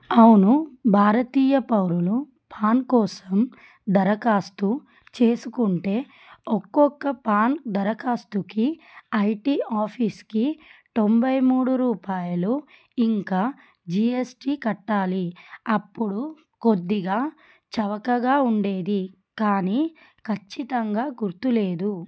అవును భారతీయ పౌరులు పాన్ కోసం దరఖాస్తు చేసుకుంటే ఒకొక్క పాన్ దరఖాస్తుకి ఐటీ ఆఫీసుకి తొంభై మూడు రూపాయలు ఇంకా జీఎస్టీ కట్టాలి అప్పుడు కొద్దిగా చవకగా ఉండేది కానీ ఖచ్చితంగా గుర్తు లేదు